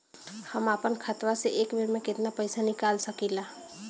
हम आपन खतवा से एक बेर मे केतना पईसा निकाल सकिला?